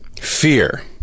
Fear